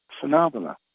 phenomena